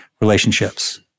relationships